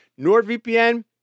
NordVPN